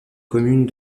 commune